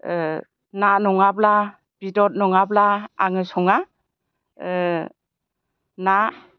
ना नङाब्ला बिदद नङाब्ला आङो सङा ना